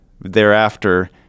thereafter